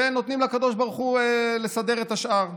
ונותנים לקדוש ברוך הוא לסדר את השאר.